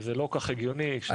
וזה לא כל כך הגיוני ששוק המעבדות